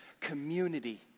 Community